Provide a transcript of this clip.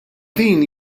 din